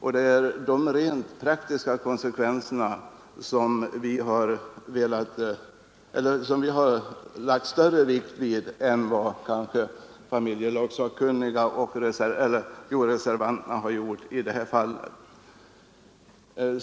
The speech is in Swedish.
Vi har lagt större vikt vid de praktiska konsekvenserna än vad familjelagssakkunniga och nu reservanterna gjort.